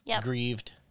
Grieved